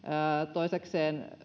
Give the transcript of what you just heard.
toisekseen